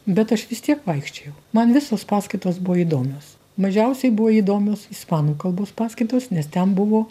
bet aš vis tiek vaikščiojau man visos paskaitos buvo įdomios mažiausiai buvo įdomios ispanų kalbos paskaitos nes ten buvo